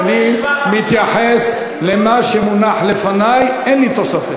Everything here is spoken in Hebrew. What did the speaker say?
אני עובר לקריאה השלישית,